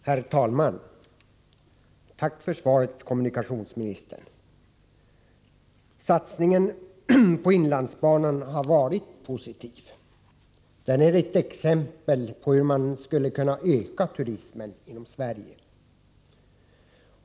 Herr talman! Tack för svaret, kommunikationsministern. Satsningen på inlandsbanan har varit positiv. Den är ett exempel på hur man skulle kunna öka turismen inom Sverige.